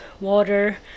water